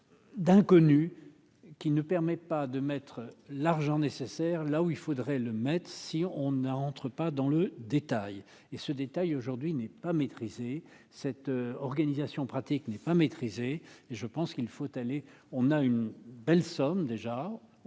d'inconnus qui ne permet pas de mettre l'argent nécessaire là où il faudrait le mettre, si on a entre pas dans le détail et ce détail aujourd'hui n'est pas maîtrisé cette organisation pratique n'est pas maîtrisé et je pense qu'il faut aller, on a une belle somme, déjà on peut faire mieux,